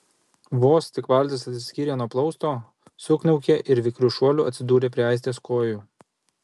vos tik valtis atsiskyrė nuo plausto sukniaukė ir vikriu šuoliu atsidūrė prie aistės kojų